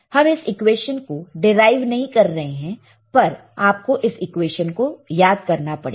हम इस इक्वेशन को डीराइव नहीं कर रहे हैं पर आपको इस इक्वेशन को याद करना पड़ेगा